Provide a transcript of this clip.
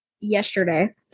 yesterday